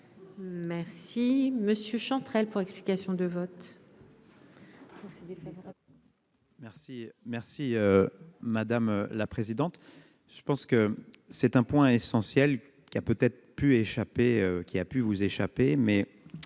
Merci monsieur Chantrel pour explication de vote.